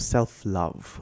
Self-Love